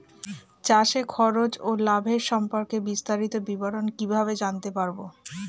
চাষে খরচ ও লাভের সম্পর্কে বিস্তারিত বিবরণ কিভাবে জানতে পারব?